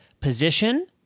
position